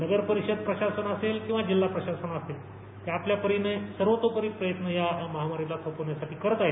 नगर परिषद प्रशासन असेल किंवा जिल्हा प्रशासन असेल आपल्या परीने सर्वतोपरी प्रयत्न या महामारला थोपवण्यासाठी करत आहेत